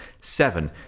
Seven